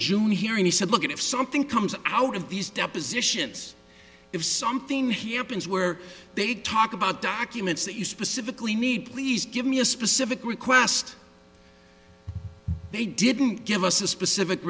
june hearing he said look if something comes out of these depositions if something happens where they talk about documents that you specifically need please give me a specific request they didn't give us a specific